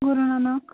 Guru Nanak